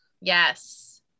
yes